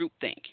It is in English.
groupthink